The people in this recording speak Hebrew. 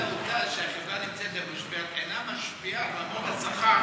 כיצד העובדה שהחברה נמצאת במשבר אינה משפיע על גובה השכר,